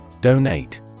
Donate